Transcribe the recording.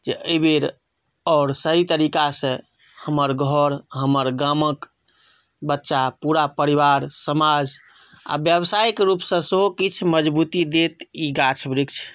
जे एहिबेर आओर सही तरीकासे हमर घर हमर गामक बच्चा पूरा परिवार समाज आ व्यवसायिक रूपसॅं सेहो किछु मजबूती देत ई गाछ वृक्ष